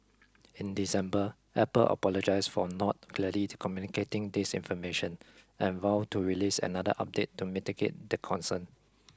in December Apple apologised for not clearly communicating this information and vowed to release another update to mitigate the concern